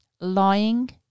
lying